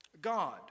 God